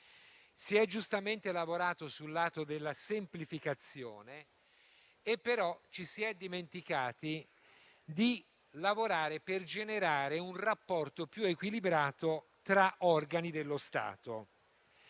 Si è giustamente lavorato sul lato della semplificazione, però ci si è dimenticati di lavorare per generare un rapporto più equilibrato tra organi dello Stato.